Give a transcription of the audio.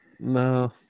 No